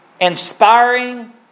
inspiring